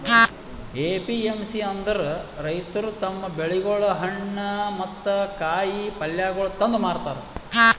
APMC ಅಂದುರ್ ರೈತುರ್ ತಮ್ ಬೆಳಿಗೊಳ್, ಹಣ್ಣ ಮತ್ತ ಕಾಯಿ ಪಲ್ಯಗೊಳ್ ತಂದು ಮಾರತಾರ್